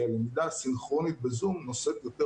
כי הלמידה הסינכרונית בזום נושאת יותר